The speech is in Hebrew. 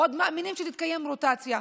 עוד מאמינים שתתקיים רוטציה.